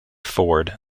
ford